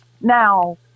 now